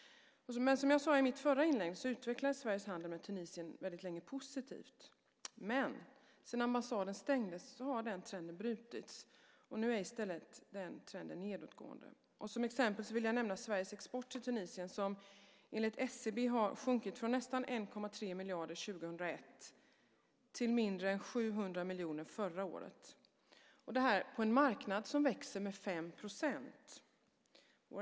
Som jag sade i mitt förra inlägg utvecklades Sveriges handel med Tunisien väldigt länge positivt. Men sedan ambassaden stängdes har den trenden brutits, och nu är den trenden i stället nedåtgående. Som exempel vill jag nämna Sveriges export till Tunisien som enligt SCB har sjunkit från nästan 1,3 miljarder 2001 till mindre än 700 miljoner förra året - och det på en marknad som växer med 5 %.